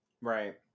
right